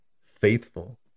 faithful